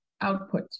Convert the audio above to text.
output